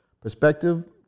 perspective